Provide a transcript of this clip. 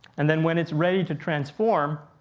and then when it's ready to transform,